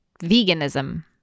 veganism